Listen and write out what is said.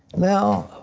now,